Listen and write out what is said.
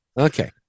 okay